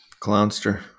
Clownster